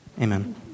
Amen